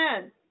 men